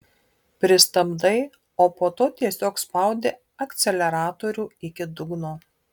pristabdai o po to tiesiog spaudi akceleratorių iki dugno